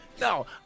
No